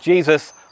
Jesus